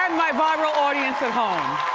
and my viral audience at home.